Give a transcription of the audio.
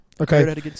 Okay